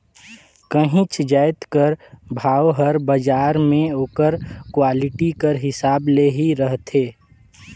काहींच जाएत कर भाव हर बजार में ओकर क्वालिटी कर हिसाब ले ही रहथे